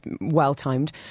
well-timed